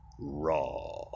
Raw